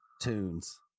tunes